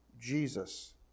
Jesus